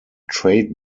trade